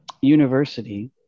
University